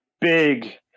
big